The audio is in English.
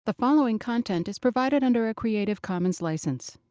the following content is provided under a creative commons license.